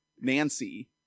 Nancy